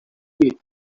vid